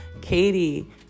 Katie